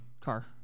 car